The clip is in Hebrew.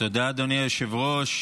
תודה, אדוני היושב-ראש.